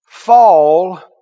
Fall